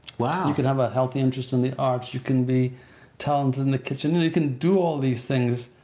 wow. you could have a healthy interest in the arts, you can be talented in the kitchen and you can do all these things,